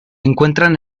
encuentran